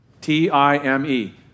T-I-M-E